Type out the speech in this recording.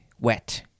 wet